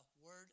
word